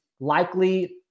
likely